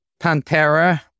Pantera